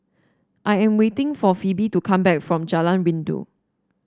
I am waiting for Phebe to come back from Jalan Rindu